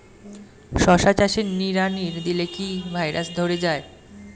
শশা চাষে নিড়ানি দিলে কি ভাইরাস ধরে যায়?